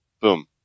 Boom